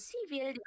Civil